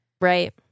Right